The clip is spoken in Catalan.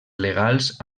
legals